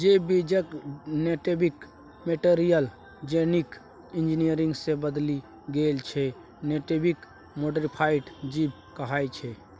जे जीबक genetic material genetic engineering सँ बदलि गेल छै जेनेटिक मोडीफाइड जीब कहाइ छै